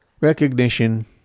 recognition